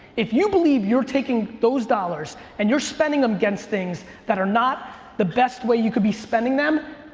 if you believe you're taking those dollars and you're spending them against things that are not the best way you could be spending them,